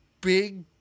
big